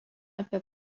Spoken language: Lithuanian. apie